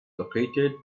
located